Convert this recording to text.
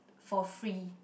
for free